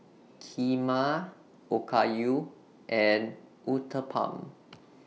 Kheema Okayu and Uthapam